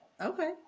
Okay